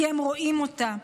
כי הם רואים אותה.